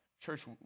Church